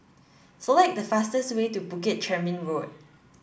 select the fastest way to Bukit Chermin Road